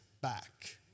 back